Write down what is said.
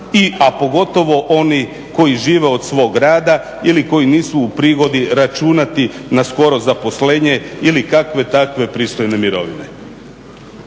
a pogotovo oni koji žive od svog rada ili koji nisu u prigodi računati na skoro zaposlenje ili kakve takve pristojne mirovine.